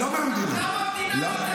לא מהמדינה.